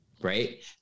right